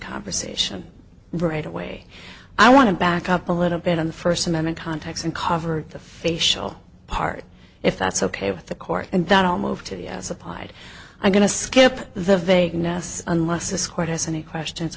conversation right away i want to back up a little bit on the first amendment context and cover the facial part if that's ok with the court and that all move to the as applied i'm going to skip the vagueness unless this court has any questions